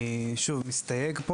אני מסתייג כאן,